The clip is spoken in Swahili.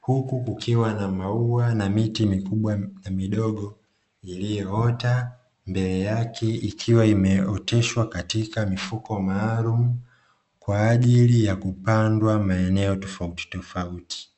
huku kukiwa na maua na miti mikubwa na midogo iliyoota, mbele yake ikiwa imeoteshwa katika vifuko maalumu kwa ajili ya kupandwa maeneo tofauti tofauti.